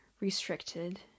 restricted